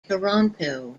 toronto